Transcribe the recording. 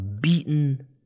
beaten